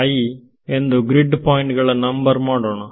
1234i ಎಂದು grid point ಗಳ number ಮಾಡೋಣ